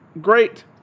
great